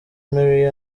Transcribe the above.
mary